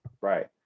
Right